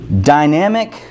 Dynamic